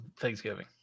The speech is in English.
Thanksgiving